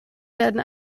werden